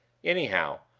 anyhow,